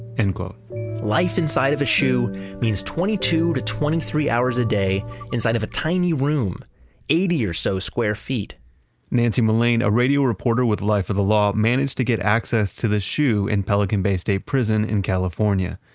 and life inside of a shu means twenty two to twenty three hours a day inside of a tiny room eighty or so square feet nancy mullane, a radio reporter with life of the law managed to get access to the shu in pelican bay state prison in california.